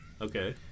Okay